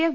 F